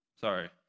Sorry